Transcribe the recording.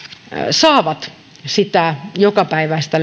saavat jokapäiväistä